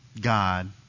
God